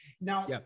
now